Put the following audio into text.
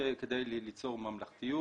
כדי ליצור ממלכתיות